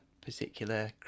particular